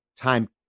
time